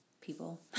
people